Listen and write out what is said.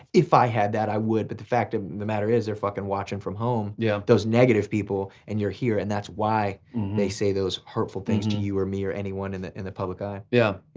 if i had that i would. but the fact of the matter is they're fucking watching from home, yeah those negative people, and you're here and that's why they say those hurtful things to you or me or anyone in the in the public eye. yeah. yeah,